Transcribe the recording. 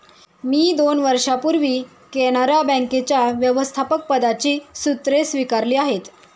मी दोन वर्षांपूर्वी कॅनरा बँकेच्या व्यवस्थापकपदाची सूत्रे स्वीकारली आहेत